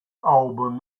album